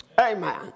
Amen